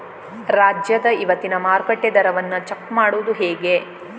ರಾಜ್ಯದ ಇವತ್ತಿನ ಮಾರುಕಟ್ಟೆ ದರವನ್ನ ಚೆಕ್ ಮಾಡುವುದು ಹೇಗೆ?